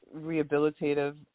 rehabilitative